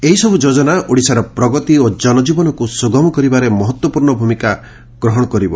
ଏହିସବୁ ଯୋଜନା ଓଡିଶାର ପ୍ରଗତି ଓ କନକୀବନକୁ ସୁଗମ କରିବାରେ ମହତ୍ୱପୂର୍ଷ୍ଣ ଭୂମିକା ଗ୍ରହଶ କରିବ